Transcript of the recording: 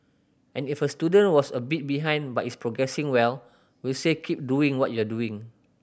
and if a student was a bit behind but is progressing well we'll say keep doing what you're doing